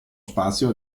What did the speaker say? spazio